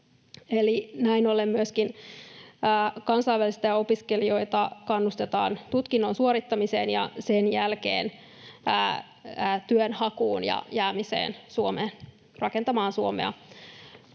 näin ollen myöskin kansainvälisiä opiskelijoita kannustetaan tutkinnon suorittamiseen ja sen jälkeen työnhakuun ja jäämiseen Suomeen rakentamaan Suomea